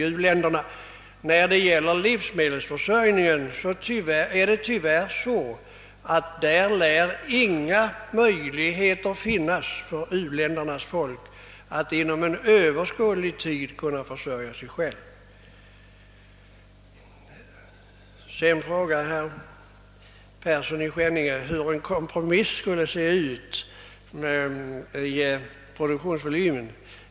Men i fråga om livsmedelsförsörjningen lär tyvärr inga möjligheter föreligga för u-ländernas folk att inom överskådlig tid kunna försörja sig själva. Herr Persson i Skänninge frågar hur en kompromiss om produktionsvolymen skulle se ut.